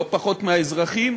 לא פחות מהאזרחים,